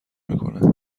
میکنه